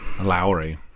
Lowry